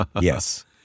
Yes